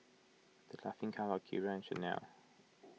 the Laughing Cow Akira Chanel